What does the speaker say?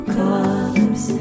colors